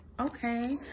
Okay